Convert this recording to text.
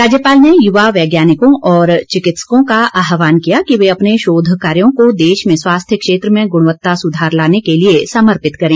राज्यपाल ने युवा वैज्ञानिकों और चिकित्सकों का आह्वान किया कि वे अपने शोध कार्यो को देश में स्वास्थ्य क्षेत्र में गुणवत्ता सुधार लाने के लिए समर्पित करें